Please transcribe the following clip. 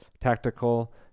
tactical